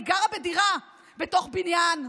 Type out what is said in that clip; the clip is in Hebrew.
אני גרה בדירה בתוך בניין,